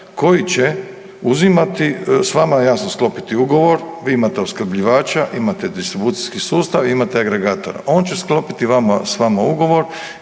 koji će uzimati, s vama jasno sklopiti ugovor. Vi imate opskrbljivača, imate distribucijski sustav i imate agregatora. On će sklopiti s vama ugovor